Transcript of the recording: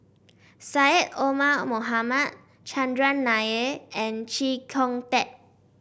Syed Omar Mohamed Chandran Nair and Chee Kong Tet